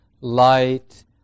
light